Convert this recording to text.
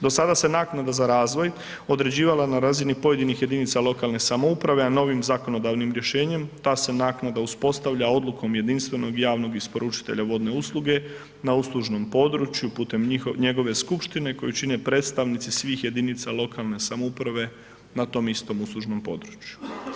Do sada se naknada za razvoj određivala na razini pojedinih jedinica lokalne samouprave, a novim zakonodavnim rješenjem ta se naknada uspostavlja odlukom jedinstvenog javnog isporučitelja vodne usluge na uslužnom području putem njegove skupštine koju čine predstavnici svih jedinica lokalne samouprave na tom istom uslužnom području.